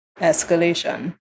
Escalation